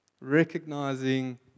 recognizing